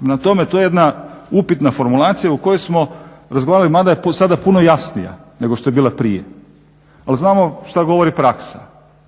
Prema tome, to je jedna upitna formulacija o kojoj smo razgovarali mada je sada puno jasnija nego što je bila prije, ali znamo šta govori praksa,